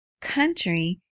country